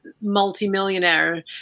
multi-millionaire